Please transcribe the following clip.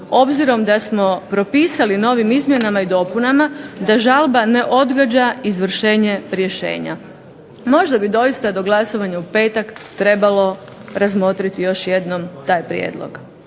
obzirom da smo propisali novim izmjenama i dopunama da žalba ne odgađa izvršenje rješenja. Možda bi doista do glasovanja u petak trebalo razmotriti još jednom taj prijedlog.